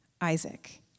Isaac